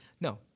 No